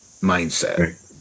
mindset